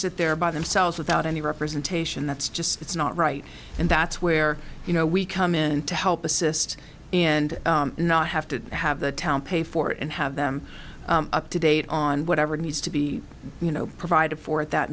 sit there by themselves without any representation that's just it's not right and that's where you know we come in to help assist and not have to have the town pay for it and have them up to date on whatever needs to be you know provided for at that